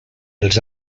els